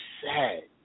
sad